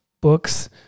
books